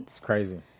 Crazy